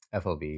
fob